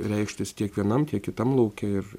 reikštis tiek vienam tiek kitam lauke ir